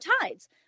tides